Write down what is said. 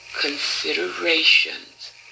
considerations